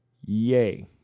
Yay